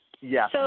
Yes